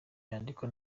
yandikwa